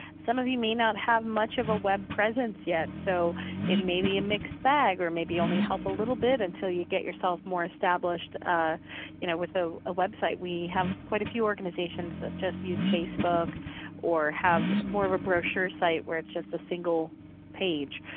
some of you may not have much of a web presence yet, so it may be a mixed bag. or maybe only help you a little bit until you get yourself more established you know with a a website. we have quite a few organizations that just use facebook or have more of a brochure site, where it's just a single page